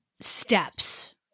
steps